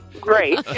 great